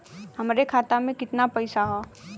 हमरे खाता में कितना पईसा हौ?